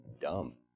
dumb